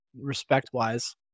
respect-wise